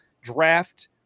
draft